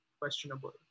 questionable